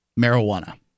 Marijuana